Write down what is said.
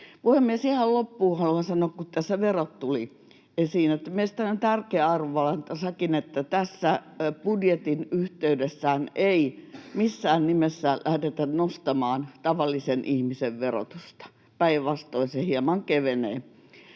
Puhemies! Ihan loppuun haluan sanoa, kun tässä verot tulivat esiin, että mielestäni on tärkeä arvovalinta sekin, että tässä budjetin yhteydessähän ei missään nimessä lähdetä nostamaan tavallisen ihmisen verotusta, päinvastoin se hieman kevenee.